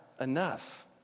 Enough